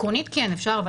עקרונית כן אפשר,